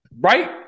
right